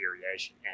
variation